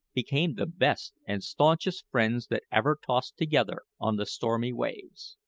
became the best and staunchest friends that ever tossed together on the stormy waves.